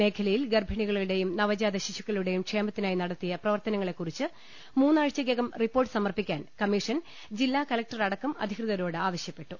മേഖലയിൽ ഗർഭിണികളു ടെയും നവജാതശിശുക്കളുടേയും ക്ഷേമത്തിനായി നടത്തിയ പ്രവർത്ത നങ്ങളെക്കുറിച്ച് മൂന്നഴ്ചക്കകം റിപ്പോർട്ട് സമർപ്പിക്കാൻ കമ്മീഷൻ ജില്ലാ കലക്ടറടക്കം അധികൃതരോടാവശ്യപ്പെട്ടു